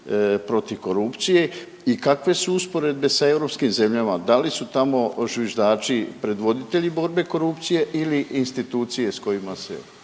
protiv korupcije i kakve su usporedbe sa europskim zemljama? Da li su tamo zviždači predvoditelji borbe protiv korupcije ili institucije koje